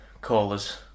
callers